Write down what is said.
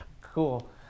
Cool